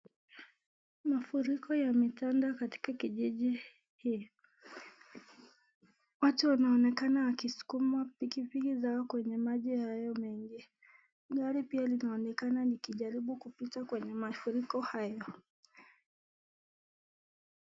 Mafuriko yametanda katika kijiji hii, watu wanaonekana kuskuma pikipiki zao kwenye maji hayo mengi, gari pia linaonekana likijaribu kupita kwenye mafuriko hayo.